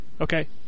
Okay